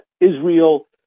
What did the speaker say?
Israel